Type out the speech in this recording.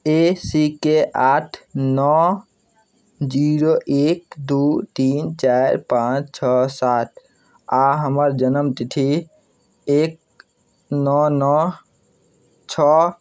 एसीके आठ नओ जीरो एक दू तीन चारि पाँच छओ सात आ हमर जन्म तिथि एक नओ नओ छओ